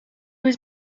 was